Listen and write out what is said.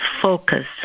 focus